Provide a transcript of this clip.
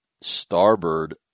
starboard